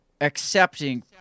accepting